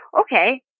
okay